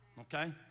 okay